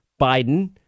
Biden